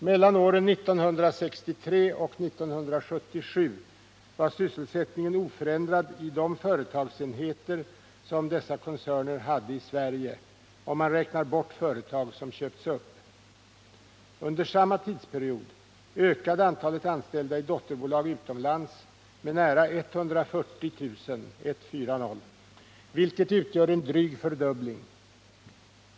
Mellan åren 1963 och 1977 var sysselsättningen oförändrad i de företagsenheter som dessa koncerner hade i Sverige, om man räknar bort företag som köpts upp. Under Nr 35 140 000, vilket utgör en dryg fördubbling.